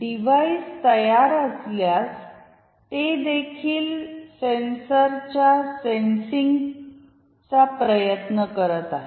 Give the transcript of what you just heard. device तयार असल्यास ते देखील सेन्सरच्या सेन्सिङ्गचा प्रयत्न करीत आहे